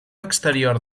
exterior